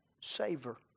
savor